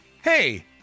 hey